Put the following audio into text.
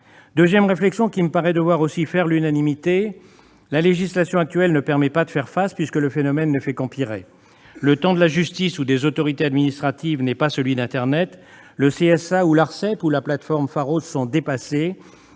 Deuxième réflexion, qui me paraît devoir aussi faire l'unanimité : la législation actuelle ne permet pas de faire face, puisque le phénomène ne fait qu'empirer. Le temps de la justice ou des autorités administratives n'est pas celui d'internet. Le CSA, l'Arcep (Autorité de régulation des